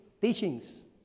teachings